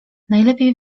najlepiej